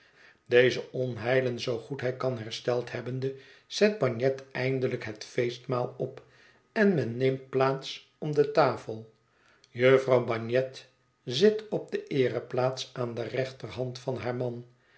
deze onheilen zoo goed hij kan hersteld hebbende zet bagnet eindelijk het feestmaal op en men neemt plaats om de tafel jufvrouw bagnet zit op de eereplaats aan de rechterhand van haar man